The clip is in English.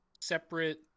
separate